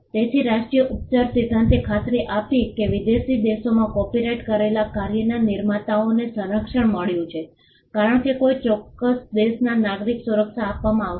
તેથી રાષ્ટ્રીય ઉપચાર સિદ્ધાંતે ખાતરી આપી કે વિદેશી દેશોમાં કોપિરાઇટ કરેલા કાર્યના નિર્માતાઓને સંરક્ષણનું પ્રતીક મળ્યું છે કારણ કે કોઈ ચોક્કસ દેશના નાગરિકને સુરક્ષા આપવામાં આવશે